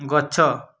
ଗଛ